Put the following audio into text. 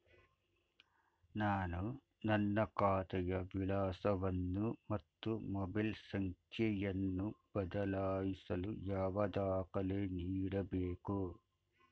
ನಾನು ನನ್ನ ಖಾತೆಯ ವಿಳಾಸವನ್ನು ಮತ್ತು ಮೊಬೈಲ್ ಸಂಖ್ಯೆಯನ್ನು ಬದಲಾಯಿಸಲು ಯಾವ ದಾಖಲೆ ನೀಡಬೇಕು?